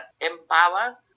Empower